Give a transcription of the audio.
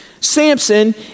Samson